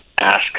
ask